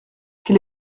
quel